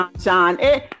John